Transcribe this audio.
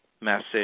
message